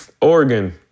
Oregon